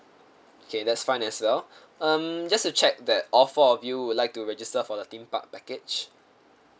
okay that's fine as well um just to check that all four of you would like to register for the theme park package